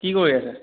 কি কৰি আছা